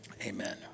amen